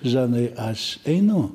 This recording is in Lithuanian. žanai aš einu